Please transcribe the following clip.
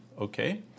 okay